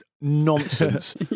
nonsense